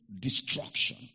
destruction